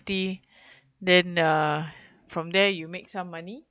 then uh from there you make some money